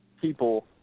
people